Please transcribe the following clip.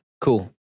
Cool